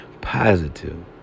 positive